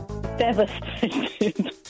devastated